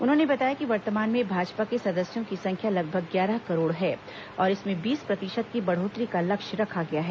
उन्होंने बताया कि वर्तमान में भाजपा के सदस्यों की संख्या लगभग ग्यारह करोड़ है और इसमें बीस प्रतिशत की बढ़ोत्तरी का लक्ष्य रखा गया है